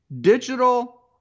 digital